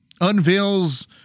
unveils